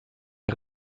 der